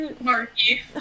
Marky